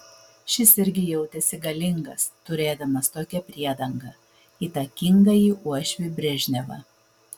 šis irgi jautėsi galingas turėdamas tokią priedangą įtakingąjį uošvį brežnevą